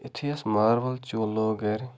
یُتھُے اَسہِ ماربَل چوٗلہٕ لوگ گَرِ